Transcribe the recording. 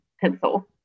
pencil